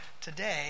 today